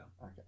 Okay